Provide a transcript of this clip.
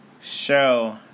show